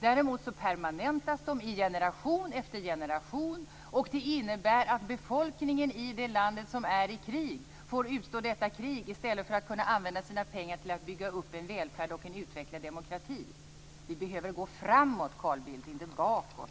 Däremot permanentas de i generation efter generation. Det innebär att befolkningar i krigförande länder får utstå krig i stället för att använda sina pengar till att bygga upp en välfärd och en utvecklad demokrati. Vi behöver gå framåt, Carl Bildt, inte bakåt.